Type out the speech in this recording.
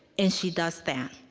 and she does that.